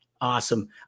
Awesome